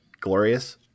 Glorious